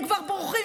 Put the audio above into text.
הם כבר בורחים.